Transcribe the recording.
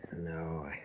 No